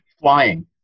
Flying